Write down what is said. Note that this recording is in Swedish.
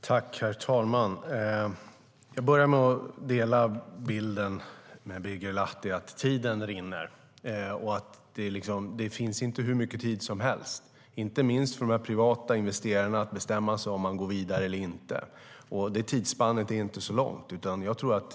Herr talman! Jag delar Birger Lahtis bild att tiden rinner iväg - det finns inte hur mycket tid som helst. Det gäller inte minst de privata investerare som ska bestämma sig för om de ska gå vidare eller inte. Tidsspannet är inte så stort.